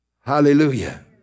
Hallelujah